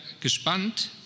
gespannt